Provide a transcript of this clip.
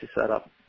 setup